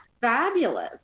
fabulous